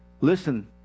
listen